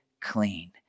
clean